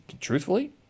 truthfully